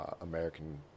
American